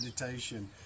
meditation